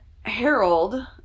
Harold